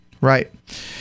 Right